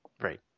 Right